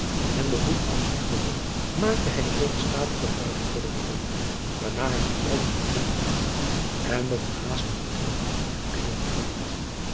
en den hoed aflichtende maakte hij eene statige buiging voor den baron waarna hij zich buiten den kring begaf en met een haastigen tred het binnenhof verliet